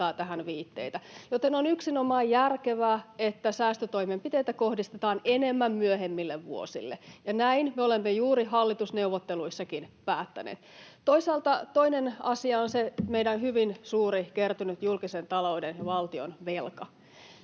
tähän viitteitä. Joten on yksinomaan järkevää, että säästötoimenpiteitä kohdistetaan enemmän myöhemmille vuosille, ja näin juuri me olemme hallitusneuvotteluissakin päättäneet. Toinen asia on se meidän hyvin suuri kertynyt julkisen talouden ja valtion velka.